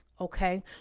Okay